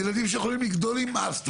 זה ילדים שיכולים לגדול עם אסמה,